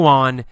on